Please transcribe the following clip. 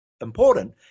important